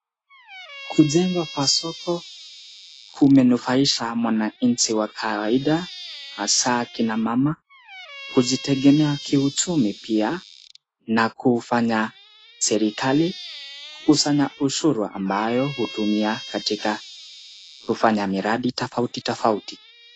Kujengwa kwa soko kumenufaisha mwananchi wa kawaida hasaa kina mama kujitengemea kiuchumi pia na kufanya serekali kusanya ushuru ambayo hutumia katika kufanya miradi tofauti tofauti.